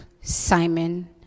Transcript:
Simon